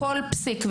כל פסיק,